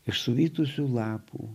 iš suvytusių lapų